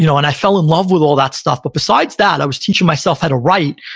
you know and i fell in love with all that stuff but besides that, i was teaching myself how to write,